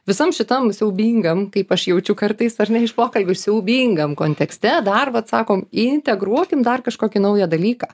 visam šitam siaubingam kaip aš jaučiu kartais ar ne iš pokalbių siaubingam kontekste dar vat sakom integruokim dar kažkokį naują dalyką